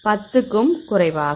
10 க்கும் குறைவாக